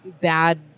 bad